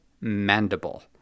Mandible